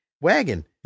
wagon